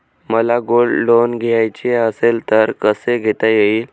मला gold loan घ्यायचे असेल तर कसे घेता येईल?